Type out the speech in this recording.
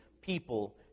people